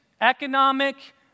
economic